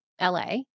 LA